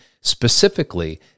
specifically